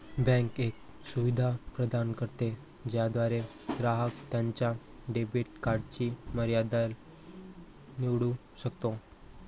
bank एक सुविधा प्रदान करते ज्याद्वारे ग्राहक त्याच्या डेबिट कार्डची मर्यादा निवडू शकतो